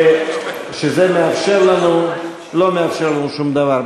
שזה מאפשר לנו, לא מאפשר לנו שום דבר.